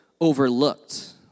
overlooked